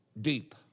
deep